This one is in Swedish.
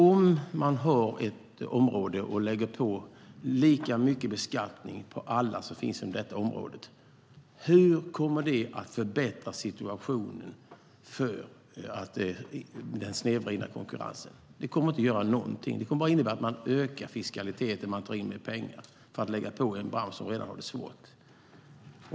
Om man har ett område och lägger på lika mycket beskattning på alla som finns inom detta område, hur kommer det att förändra den snedvridna konkurrensen? Det kommer inte att göra någonting, utan det kommer bara att innebära att man ökar fiskaliteten och tar in mer pengar för att lägga mer börda på en bransch som redan har det svårt.